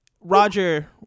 roger